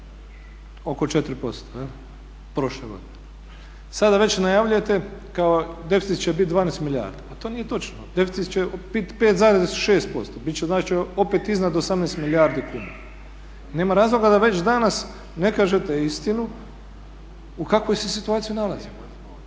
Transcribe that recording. oko 4% prošle godine. Sada već najavljujete kao deficit će biti 12 milijardi. Pa to nije točno. Deficit će biti 5,6% bit će znači opet iznad 18 milijardi kuna. Nema razloga da već danas ne kažete istinu u kakvoj se situaciji nalazimo.